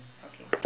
okay